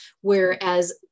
whereas